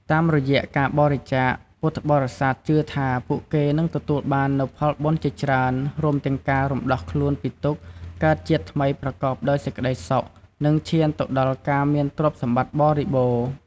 តាមរយៈការបរិច្ចាគ ពុទ្ធបរិស័ទជឿថាពួកគេនឹងទទួលបាននូវផលបុណ្យជាច្រើន រួមទាំងការរំដោះខ្លួនពីទុក្ខ កើតជាតិថ្មីប្រកបដោយសេចក្តីសុខ និងឈានទៅដល់ការមានទ្រព្យសម្បត្តិបរិបូណ៌។